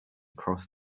cross